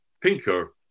Pinker